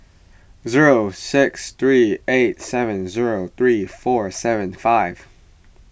zero six three eight seven zero three four seven five